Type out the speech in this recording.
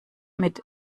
mit